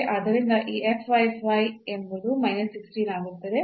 ಆದ್ದರಿಂದ ಈ ಎಂಬುದು 16 ಆಗುತ್ತದೆ